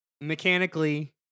Mechanically